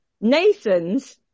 Nathan's